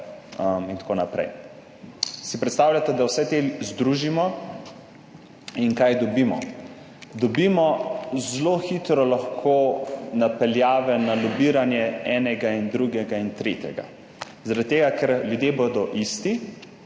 in tako naprej. Si predstavljate, da vse te združimo in kaj dobimo. Dobimo zelo hitro lahko napeljave na lobiranje enega in drugega in tretjega, zaradi tega, ker ljudje bodo isti,